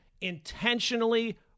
intentionally